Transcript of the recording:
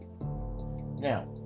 Now